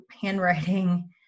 handwriting